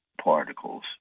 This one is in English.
particles